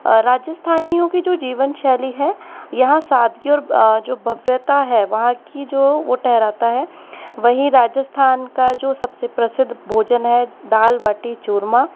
राजस्थानियों की जो जीवनशैली है यहाँ साथ की जो भव्यता है वहाँ की जो वह ठहराता है वहीं राजस्थान का जो सबसे प्रसिद्ध भोजन है दाल बाटी चूरमा